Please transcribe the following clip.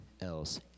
else